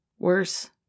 worse